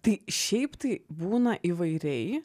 tai šiaip tai būna įvairiai